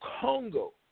Congo